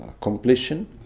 completion